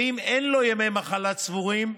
ואם אין לו ימי מחלה צבורים,